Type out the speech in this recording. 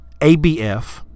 ABF